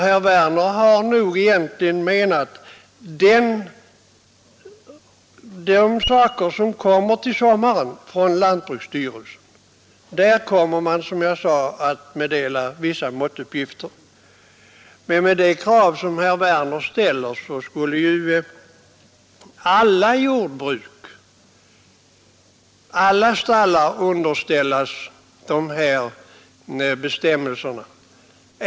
Han har nog menat de bestämmelser som kommer från lantbruksstyrelsen till sommaren. Med de krav som herr Werner uppställer skulle alla stallar underställas dessa bestämmelser.